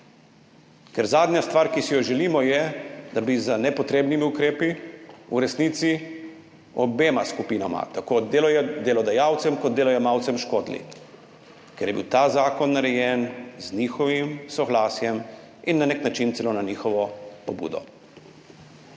Ker zadnja stvar, ki si jo želimo, je, da bi z nepotrebnimi ukrepi v resnici obema skupinama, tako delodajalcem kot delojemalcem, škodili, ker je bil ta zakon narejen z njihovim soglasjem in na nek način celo na njihovo pobudo.